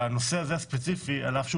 הנושא הספציפי הזה, על אף שהוא